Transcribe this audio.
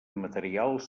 materials